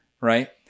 right